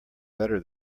better